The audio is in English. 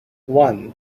one